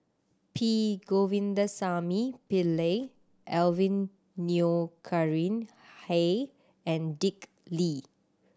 P Govindasamy Pillai Alvin Yeo Khirn Hai and Dick Lee